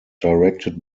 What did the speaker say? directed